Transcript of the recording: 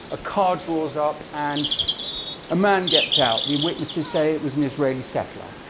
a car draws up, and a man gets out. the witnesses say it was an israeli settler.